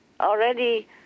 already